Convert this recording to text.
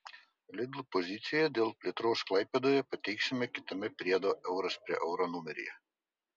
lidl poziciją dėl plėtros klaipėdoje pateiksime kitame priedo euras prie euro numeryje